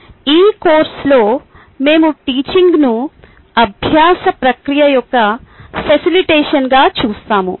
ఈ కోర్సులో మేము టీచింగ్ను అభ్యాస ప్రక్రియ యొక్క ఫసిలిటేషన్ గా చూస్తాము